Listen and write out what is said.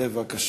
בבקשה,